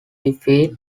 defeat